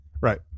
Right